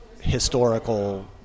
historical